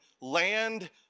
land